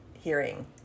hearing